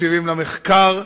תקציבים למחקר,